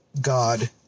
God